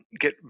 get